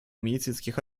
медицинских